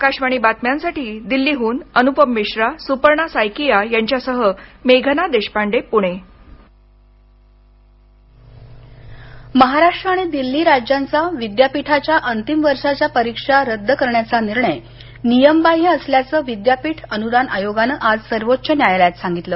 आकाशवाणी बातम्यांसाठी दिल्लीहून अनुपम मिश्रा सुपर्णा सायकीया यांच्या सह मेघना देशपांडे पुणे महाराष्ट्र आणि दिल्ली राज्यांचा विद्यापीठाच्या अंतिम वर्षाच्या परीक्षा रद्द करण्याचा निर्णय नियमबाह्य असल्याचं विद्यापीठ अनुदान आयोगानं आज सर्वोच्च न्यायालयात सांगितलं